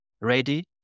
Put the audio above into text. ready